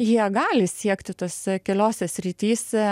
jie gali siekti tose keliose srityse